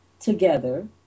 together